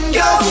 go